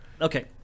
Okay